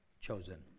chosen